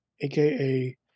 aka